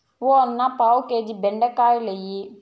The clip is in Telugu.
ఓ అన్నా, పావు కేజీ బెండకాయలియ్యి